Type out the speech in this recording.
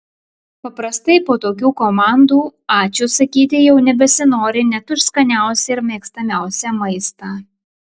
paprastai po tokių komandų ačiū sakyti jau nebesinori net už skaniausią ir mėgstamiausią maistą